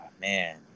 Man